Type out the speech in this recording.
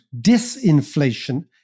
disinflation